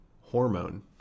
hormone